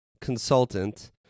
consultant